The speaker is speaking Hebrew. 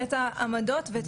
אבל לצד השימושים,